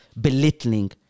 belittling